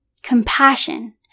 compassion